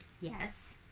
Yes